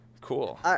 Cool